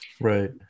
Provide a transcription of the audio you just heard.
Right